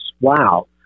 Wow